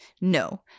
no